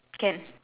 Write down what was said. can